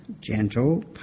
gentle